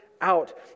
out